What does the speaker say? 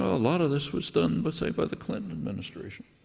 a lot of this was done by say, by the clinton administration.